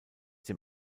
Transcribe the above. dem